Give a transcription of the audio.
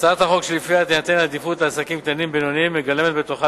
הצעת החוק שלפיה תינתן עדיפות לעסקים קטנים ובינוניים מגלמת בתוכה,